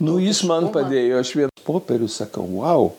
nu jis man padėjo atšviest popierius sakau vau